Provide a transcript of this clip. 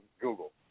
Google